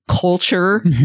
culture